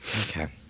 Okay